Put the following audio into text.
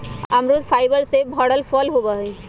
अमरुद फाइबर से भरल फल होबा हई